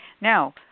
Now